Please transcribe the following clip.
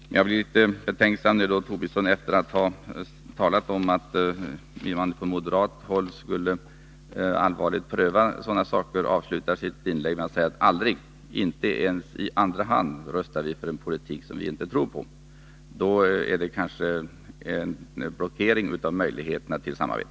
Men jag blev litet betänksam, när Lars Tobisson — efter att ha talat om hur man från moderat håll allvarligt skulle pröva sådana möjligheter — avslutade sitt inlägg med att säga: Aldrig, inte ens i andra hand, röstar vi för en politik som vi inte tror på. Detta är kanske en blockering av möjligheterna till samarbete.